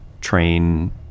Train